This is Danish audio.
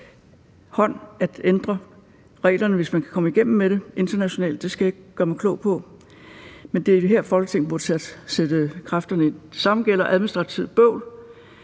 hånd at ændre reglerne, hvis man kan komme igennem med det internationalt. Det skal jeg ikke gøre mig klog på. Men det er her, Folketinget burde sætte kræfterne ind. Det samme gælder administrativt bøvl,